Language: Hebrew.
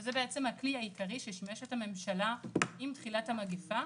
וזה בעצם הכלי העיקרי ששימש את הממשלה עם תחילת המגיפה.